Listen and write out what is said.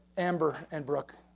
amber and brock.